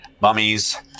mummies